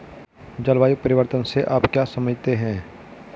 जलवायु परिवर्तन से आप क्या समझते हैं?